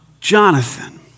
Jonathan